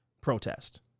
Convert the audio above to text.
protest